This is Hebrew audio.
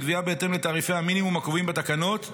וגבייה בהתאם לתעריפי המינימום הקבועים בתקנות,